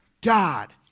God